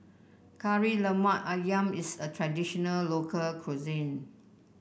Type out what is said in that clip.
Kari Lemak ayam is a traditional local cuisine